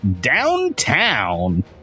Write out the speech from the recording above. downtown